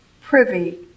privy